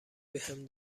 بهم